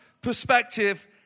perspective